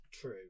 True